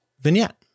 vignette